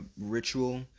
ritual